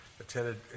attended